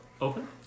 open